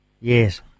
yes